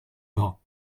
pas